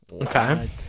Okay